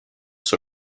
sur